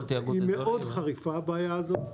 -- היא מאוד חריפה הבעיה הזאת.